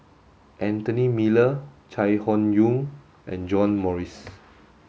Anthony Miller Chai Hon Yoong and John Morrice